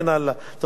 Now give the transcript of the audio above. תודה רבה לכם.